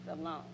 alone